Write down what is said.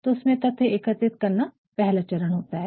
तो इसमें तथ्य एकत्रित करना पहला चरण होता है